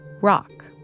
rock